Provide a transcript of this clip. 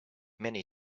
many